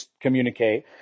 communicate